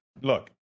look